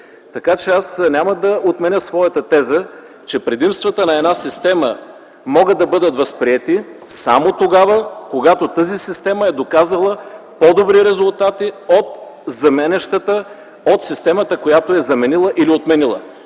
цели. Аз няма да отменя своята теза, че предимствата на една система могат да бъдат възприети само тогава, когато тази система е показала по добри резултати от системата, която е заменила или отменила.